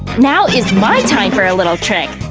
now is my time for a little trick!